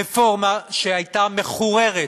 רפורמה שהייתה מחוררת,